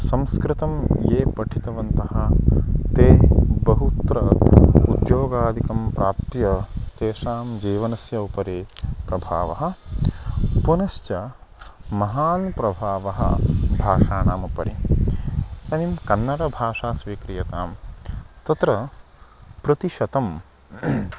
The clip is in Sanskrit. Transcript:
संस्कृतं ये पठितवन्तः ते बहुत्र उद्योगादिकं प्राप्य तेषां जीवनस्य उपरि प्रभावः पुनश्च महान् प्रभावः भाषाणामुपरि इदानीं कन्नडभाषा स्वीक्रियतां तत्र प्रतिशतं